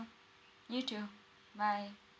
you too bye